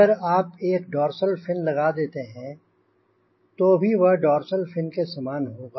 अगर आप एक डोर्सल फिन लगा देते हैं तो वह भी डोर्सल फिन के समान होगा